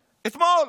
אתמול.